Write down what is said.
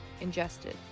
ingested